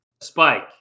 spike